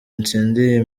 ntsindiye